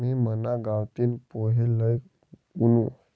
मी मना गावतीन पोहे लई वुनू